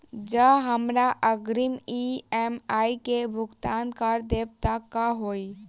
जँ हमरा अग्रिम ई.एम.आई केँ भुगतान करऽ देब तऽ कऽ होइ?